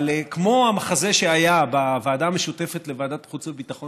אבל כמו המחזה שהיה בוועדה המשותפת לוועדת החוץ והביטחון